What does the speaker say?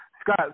Scott